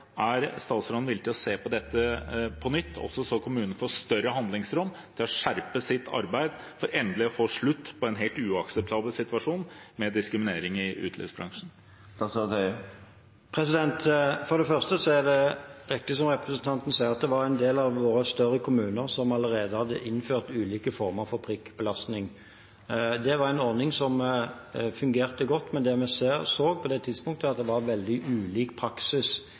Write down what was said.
er: Er statsråden villig til å se på dette på nytt, slik at kommunene får større handlingsrom til å skjerpe sitt arbeid, for endelig å få slutt på en helt uakseptabel situasjon med diskriminering i utelivsbransjen? For det første er det riktig som representanten sier, at det var en del av våre større kommuner som allerede hadde innført ulike former for prikkbelastning. Det var en ordning som fungerte godt, men det vi så på det tidspunktet, var at det var veldig ulik praksis